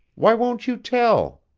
why won't you tell?